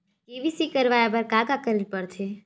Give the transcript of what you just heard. KYC करवाय बर का का करे ल पड़थे?